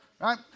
right